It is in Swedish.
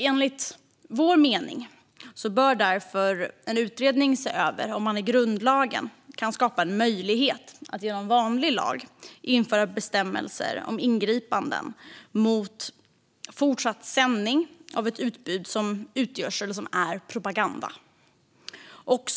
Enligt vår mening bör därför en utredning se över om man i grundlagen kan skapa en möjlighet att genom vanlig lag införa bestämmelser om ingripanden mot fortsatt sändning av ett utbud som är propaganda.